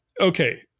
okay